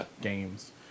games